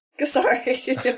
Sorry